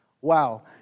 Wow